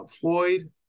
floyd